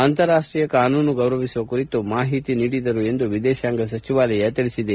ಅಂತಾರಾಷ್ಟೀಯ ಕಾನೂನು ಗೌರವಿಸುವ ಕುರಿತು ಮಾಹಿತಿ ನೀಡಿದರು ಎಂದು ವಿದೇಶಾಂಗ ಸಚಿವಾಲಯ ತಿಳಿಸಿದೆ